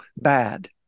bad